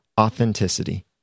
authenticity